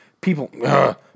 People